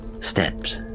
steps